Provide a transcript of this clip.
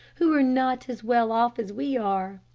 who are not as well off as we are?